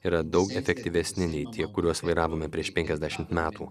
yra daug efektyvesni nei tie kuriuos vairavome prieš penkiasdešimt metų